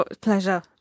pleasure